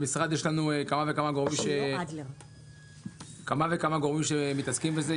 במשרד יש לנו כמה וכמה גורמים שמתעסקים בזה.